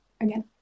again